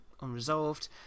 unresolved